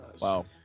Wow